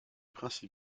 principes